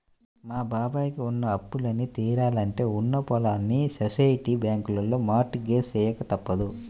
మా బాబాయ్ కి ఉన్న అప్పులన్నీ తీరాలంటే ఉన్న పొలాల్ని సొసైటీ బ్యాంకులో మార్ట్ గేజ్ చెయ్యక తప్పదు